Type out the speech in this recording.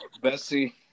Bessie